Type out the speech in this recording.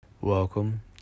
Welcome